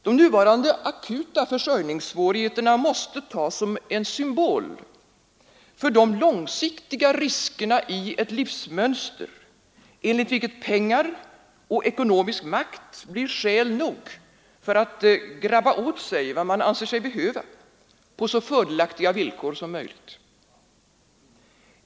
De nuvarande akuta försörjningssvårigheterna måste tas som en symbol för de långsiktiga riskerna i ett livsmönster, enligt vilket pengar och ekonomisk makt blir skäl nog för att grabba åt sig vad man anser sig behöva på så fördelaktiga villkor som möjligt.